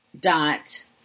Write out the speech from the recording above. dot